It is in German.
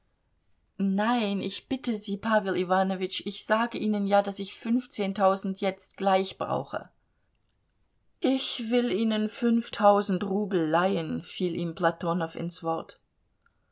nein ich bitte sie pawel iwanowitsch ich sage ihnen ja daß ich fünfzehntausend jetzt gleich brauche ich will ihnen fünftausend rubel leihen fiel ihm platonow ins wort